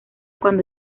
cuando